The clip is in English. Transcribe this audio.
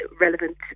relevant